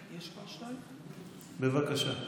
בבקשה.